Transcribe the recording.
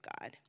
God